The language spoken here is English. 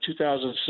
2006